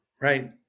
Right